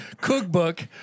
Cookbook